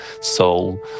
soul